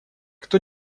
кто